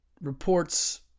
reports